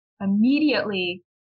immediately